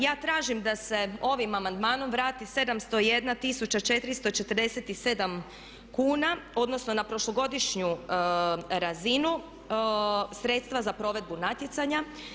Ja tražim da se ovim amandmanom vrati 701 tisuća 447 kuna odnosno na prošlogodišnju razinu sredstva za provedbu natječaja.